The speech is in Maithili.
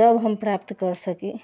जॉब हम प्राप्त कर सकी